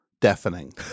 Deafening